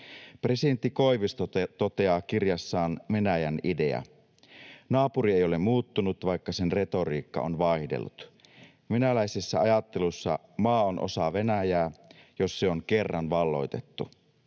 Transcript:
Presidentti Koivisto toteaa kirjassaan Venäjän idea: ”Naapuri ei ole muuttunut, vaikka sen retoriikka on vaihdellut. Venäläisessä ajattelussa maa on osa Venäjää, jos se on kerran valloitettu.